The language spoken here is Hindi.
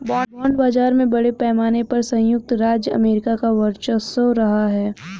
बॉन्ड बाजार में बड़े पैमाने पर सयुक्त राज्य अमेरिका का वर्चस्व रहा है